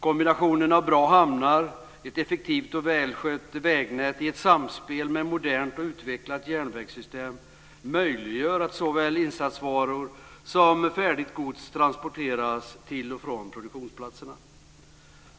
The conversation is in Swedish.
Kombinationen av bra hamnar och ett effektivt och välskött vägnät i samspel med ett modernt och utvecklat järnvägssystem möjliggör att såväl insatsvaror som färdigt gods transporteras till och från produktionsplatserna.